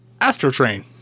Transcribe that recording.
Astrotrain